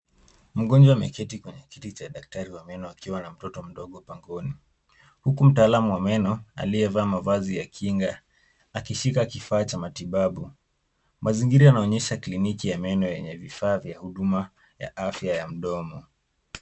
Mgonjwa ameketi kwenye kiti cha daktari wa meno akiwa na mtoto mdogo pangoni. Huku mtaalamu wa meno aliyevaa mavazi ya kinga akishika kifaa cha matibabu. Mazingira yanaonyesha kliniki ya meno yenye vifaa vya huduma ya afya ya mdomo.